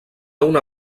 una